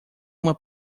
uma